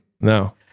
no